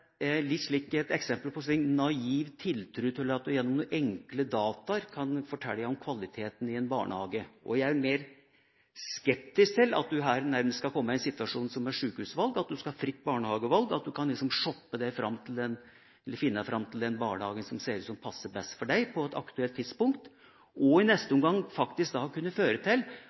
litt om dette med barnehageportal. For meg er det et eksempel på en naiv tiltro til at en gjennom enkle data kan fortelle om kvaliteten i en barnehage. Jeg er mer skeptisk til at man her nærmest skal komme i samme situasjon som ved sjukehusvalg – at man skal ha fritt barnehagevalg, at man skal kunne shoppe, finne fram til den barnehagen som passer en best på et aktuelt tidspunkt, og, i neste omgang,